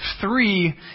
three